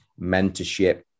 mentorship